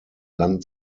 land